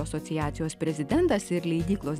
asociacijos prezidentas ir leidyklos